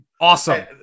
Awesome